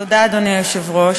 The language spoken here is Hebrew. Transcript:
תודה, אדוני היושב-ראש.